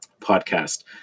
podcast